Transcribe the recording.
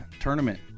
tournament